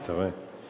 אתה רואה.